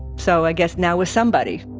so i guess now we're somebody